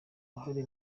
uruhare